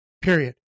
period